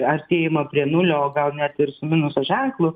artėjimą prie nulio o gal net ir su minuso ženklu